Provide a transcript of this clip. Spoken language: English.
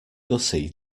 gussie